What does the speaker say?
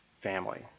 family